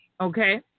Okay